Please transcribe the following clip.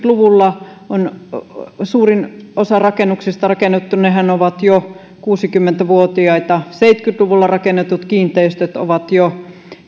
luvulla on suurin osa rakennuksista rakennettu nehän ovat jo kuusikymmentä vuotiaita seitsemänkymmentä luvullakin rakennetut kiinteistöt ovat jo